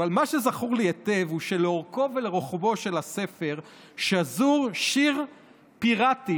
אבל מה שזכור לי היטב הוא שלאורכו ולרוחבו של הספר שזור שיר פיראטים,